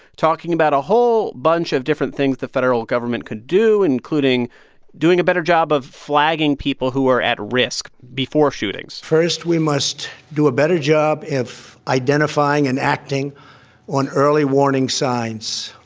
talking about a whole bunch of different things the federal government could do, including doing a better job of flagging people who are at risk before shootings first, we must do a better job of identifying and acting on early warning signs.